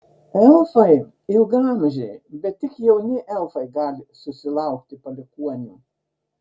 elfai ilgaamžiai bet tik jauni elfai gali susilaukti palikuonių